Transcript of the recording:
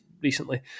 recently